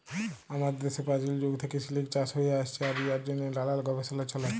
আমাদের দ্যাশে পাচীল যুগ থ্যাইকে সিলিক চাষ হ্যঁয়ে আইসছে আর ইয়ার জ্যনহে লালাল গবেষলা চ্যলে